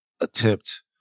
attempt